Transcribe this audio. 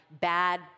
bad